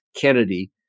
Kennedy